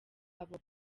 abo